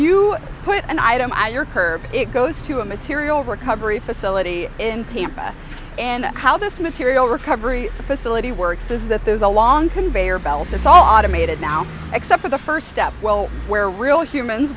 you put an item at your curb it goes to a material recovery facility in tampa and how this material recovery facility works is that there's a long conveyor belt that's automated now except for the first step well where real humans